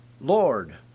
Lord